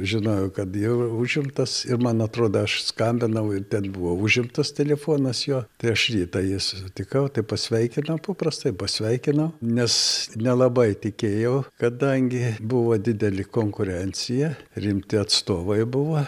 žinojau kad jau užimtas ir man atrodo aš skambinau ir ten buvo užimtas telefonas jo tai aš rytą jį sutikau tai pasveikinau paprastai pasveikinau nes nelabai tikėjau kadangi buvo dideli konkurencija rimti atstovai buvo